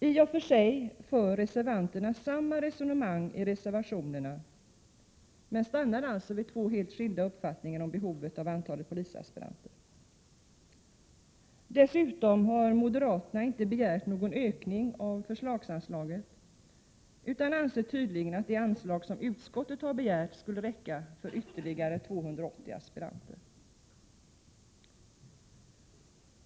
I och för sig för reservanterna likadana resonemang i sina reservationer, men de stannar vid två helt skilda uppfattningar om behovet av antalet polisaspiranter. Dessutom har moderaterna inte begärt någon ökning av förslagsanslaget, utan anser tydligen att det anslag som utskottet har begärt skulle räcka för ytterligare 280 aspiranter.